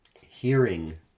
hearing